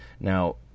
Now